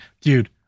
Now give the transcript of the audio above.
Dude